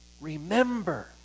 remember